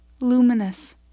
luminous